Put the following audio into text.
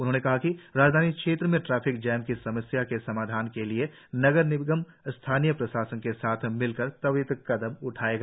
उन्होंने कहा कि राजधानी क्षेत्र में ट्रैफिक जाम की समस्या के समाधान के लिए नगर निगम स्थानीय प्रशासन के साथ मिलकर त्वरित कदम उठाएगा